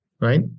right